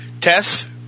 Tess